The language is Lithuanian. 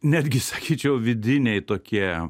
netgi sakyčiau vidiniai tokie